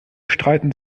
streiten